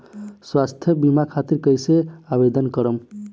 स्वास्थ्य बीमा खातिर कईसे आवेदन करम?